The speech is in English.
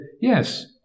Yes